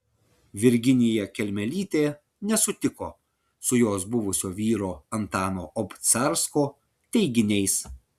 virginija kelmelytė nesutiko su jos buvusio vyro antano obcarsko teiginiais